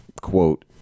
quote